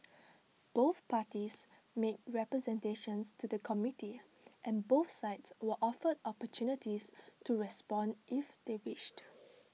both parties made representations to the committee and both sides were offered opportunities to respond if they wished